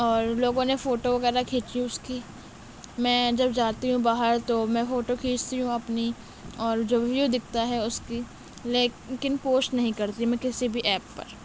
اور لوگوں نے فوٹو وغیرہ کھینچی اس کی میں جب جاتی ہوں باہر تو میں فوٹو کھینچتی ہوں اپنی اور جو ویو دکھتا ہے اس کی لیکن پوسٹ نہیں کرتی میں کسی بھی ایپ پر